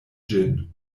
ĝin